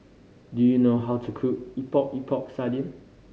do you know how to cook Epok Epok Sardin